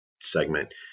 segment